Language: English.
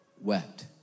wept